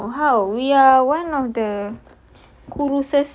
gemuk how we are one of the